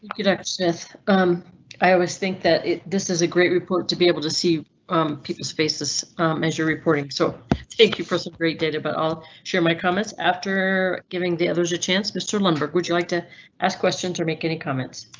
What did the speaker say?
good access, i always think that it this is a great report to be able to see peoples faces measure reporting. so thank you for some great data, but i'll share my comments after giving the others a chance. mr lundberg would you like to ask questions or make any comments.